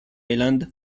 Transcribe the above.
island